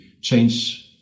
change